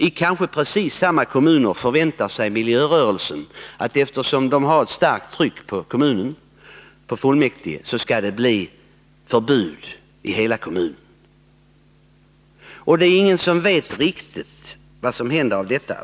I kanske precis samma kommuner förväntar sig miljörörelsen att eftersom den har ett starkt tryck på fullmäktige skall fullmäktige besluta om ett besprutningsförbud i hela kommunen. Det är ingen som vet riktigt vad som kommer att hända.